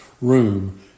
room